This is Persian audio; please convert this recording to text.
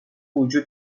وجود